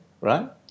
right